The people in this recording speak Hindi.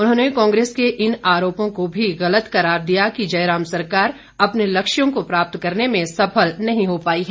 उन्होंने कांग्रेस के इन आरोपों को भी गलत करार दिया कि जयराम सरकार अपने लक्ष्यों को प्राप्त करने में सफल नहीं हो पाई है